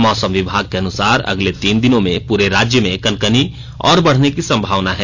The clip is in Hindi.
मौसम विभाग के अनुसार अगले तीन दिनों में पूरे राज्य में कनकनी और बढ़ने की संभावना है